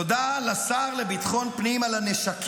אתה עושה איזון?